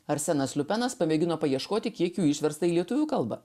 arsenas liupenas pamėgino paieškoti kiek ju išversta į lietuvių kalbą